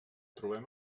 trobem